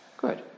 Good